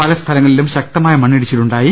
പല സ്ഥലങ്ങളിലും ശക്തമായ മണ്ണിടിച്ചിൽ ഉണ്ടായി